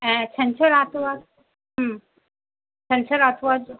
ऐं छेंछर आर्तवार हम्म छेंछर आर्तवार जो